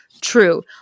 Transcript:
true